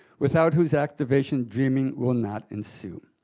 without whose activation dreaming will not ensue.